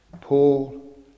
Paul